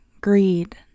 greed